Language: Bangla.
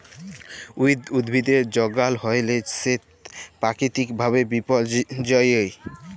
উইড উদ্ভিদের যগাল হ্যইলে সেট পাকিতিক ভাবে বিপর্যয়ী